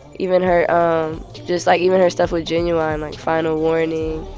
even her just, like, even her stuff with ginuwine, like, final warning,